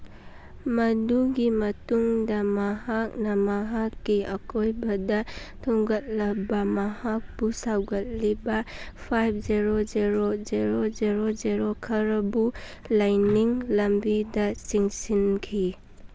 ꯃꯗꯨꯒꯤ ꯃꯇꯨꯡꯗ ꯃꯍꯥꯛꯅ ꯃꯍꯥꯛꯀꯤ ꯑꯀꯣꯏꯕꯗ ꯊꯣꯡꯒꯠꯂꯕ ꯃꯍꯥꯛꯄꯨ ꯁꯧꯒꯠꯂꯤꯕ five zero zero zero zero zero ꯈꯔꯕꯨ ꯂꯥꯏꯅꯤꯡ ꯂꯝꯕꯤꯗ ꯆꯤꯡꯁꯤꯟꯈꯤ